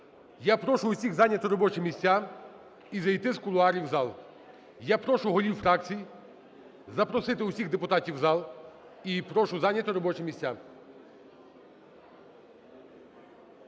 Я прошу всіх зайняти робочі місця і зайти з кулуарів в зал. Я прошу голів фракцій запросити всіх депутатів в зал і прошу зайняти робочі місця.